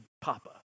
papa